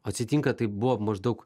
atsitinka tai buvo maždaug